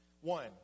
one